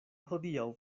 hodiaŭ